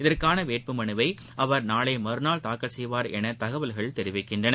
இதற்கான வேட்புமனுவை அவர் நாளை மறுநாள் தாக்கல் செய்வார் என தகவல்கள் தெரிவிக்கின்றன